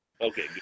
Okay